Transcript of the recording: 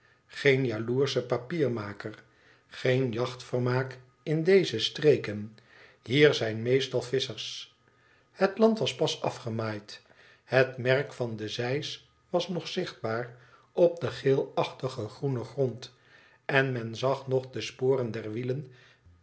geen jaloersche papiermaker i geen jachtvermaak in deze streken hier zijn meestal visschers het land was pas afgemaaid het merk van de zeis was nog zichtbaar op den geelachtig groenen grond en men zag nog de sporen der wielen